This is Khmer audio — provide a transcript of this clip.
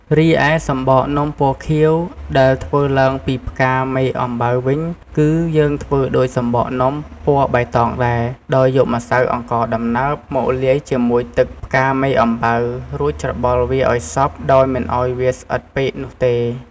រីឯ សំបកនំពណ៌ខៀវដែលធ្វើឡើងពីផ្កាមេអំបៅវិញ គឺយើងធ្វើដូចសំបកនំពណ៌បៃតងដែរ ដោយយកម្សៅអង្ករដំណើប មកលាយជាមួយទឹកផ្កាមេអំបៅ រួចច្របល់វាឱ្យសព្វដោយមិនឱ្យវាស្អិតពេកនោះទេ។